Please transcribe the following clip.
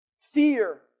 fear